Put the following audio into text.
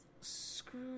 screw